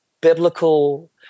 biblical